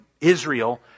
Israel